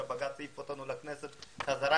כמובן שבג"ץ העיף אותנו לכנסת חזרה,